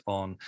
on